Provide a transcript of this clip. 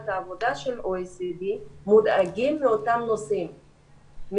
עבודה שלOECD מודאגים מאותם נושאים,